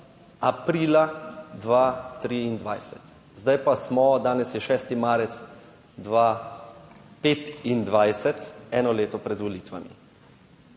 aprila 2023. Zdaj pa smo, danes je 6. marec, 2025, eno leto pred volitvami.